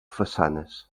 façanes